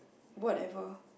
whatever